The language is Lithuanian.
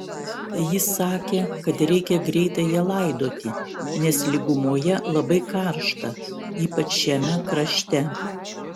jis sakė kad reikia greitai ją laidoti nes lygumoje labai karšta ypač šiame krašte